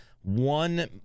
one